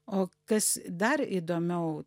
o kas dar įdomiau